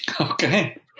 Okay